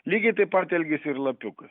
lygiai taip pat elgiasi ir lapiuka